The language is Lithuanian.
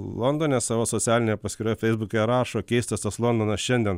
londone savo socialinėje paskyroje feisbuke rašo keistas tas londonas šiandien